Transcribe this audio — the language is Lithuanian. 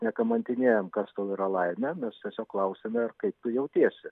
nekamantinėjam kas tau yra laimė mes tiesiog klausiame kaip tu jautiesi